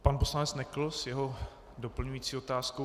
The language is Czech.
Pan poslanec Nekl s jeho doplňující otázkou.